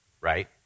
Right